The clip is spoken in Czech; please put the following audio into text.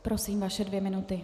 Prosím, vaše dvě minuty.